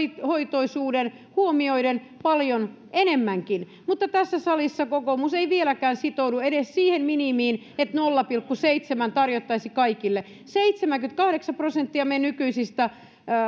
hoitoisuuden huomioiden paljon enemmänkin mutta tässä salissa kokoomus ei vieläkään sitoudu edes siihen minimiin että nolla pilkku seitsemään tarjottaisiin kaikille seitsemänkymmentäkahdeksan prosenttia meidän nykyisistä